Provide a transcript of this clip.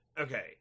okay